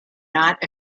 not